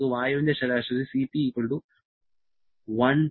നമുക്ക് വായുവിന്റെ ശരാശരി Cp 1